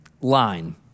line